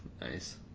nice